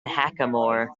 hackamore